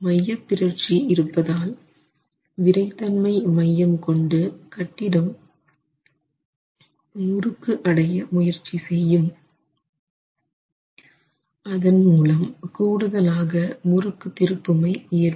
மையப்பிறழ்ச்சி இருப்பதால் விறைத்தன்மை மையம் கொண்டு கட்டிடம் முறுக்கு அடைய முயற்சி செய்யும் அதன் மூலம் கூடுதலாக முறுக்கு திருப்புமை ஏற்படும்